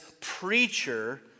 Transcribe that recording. preacher